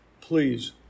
please